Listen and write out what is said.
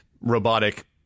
robotic